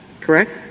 correct